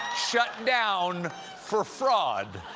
shut down for fraud.